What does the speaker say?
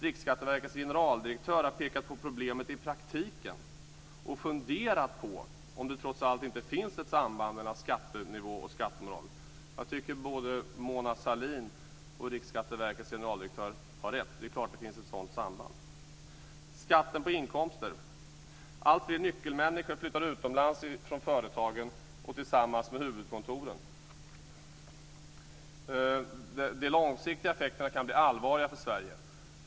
Riksskatteverkets generaldirektör har pekat på problemet i praktiken och funderat på om det trots allt inte finns ett samband mellan skattenivå och skattemoral. Jag tycker att både Mona Sahlin och Riksskatteverkets generaldirektör har rätt. Det är klart att det finns ett sådant samband. Det gäller skatten på inkomster. Alltfler människor flyttar utomlands från företagen och tillsammans med huvudkontoren. De långsiktiga effekterna kan bli allvarliga för Sverige.